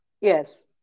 Yes